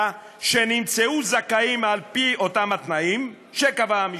שנמצאו זכאים על-פי אותם התנאים שקבעו,